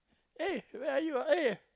eh where are you eh